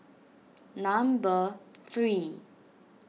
number three